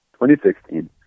2016